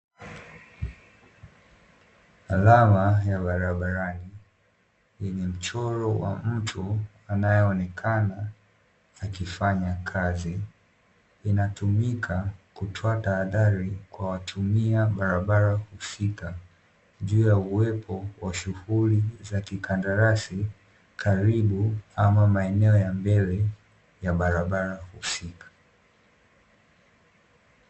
Alama ya barabarani yenye mchoro wa mtu anayeonekana akifanya kazi, inatumika kutoa tahadhari kwa watumia barabara husika juu ya uwepo wa shughuli za kikandarasi karibu ama maeneo ya mbele ya barabara husika .